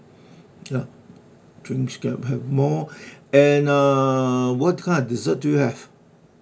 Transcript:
ya drinks get a bit more and uh what kind of dessert do you have